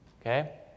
Okay